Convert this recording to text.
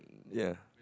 ya